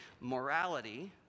morality